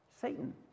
Satan